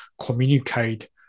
communicate